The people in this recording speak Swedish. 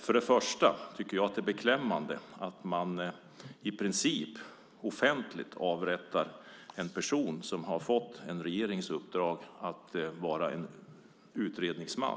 Först och främst tycker jag att det är beklämmande att man i princip offentligt avrättar en person som har fått ett uppdrag från regeringen att vara utredningsman.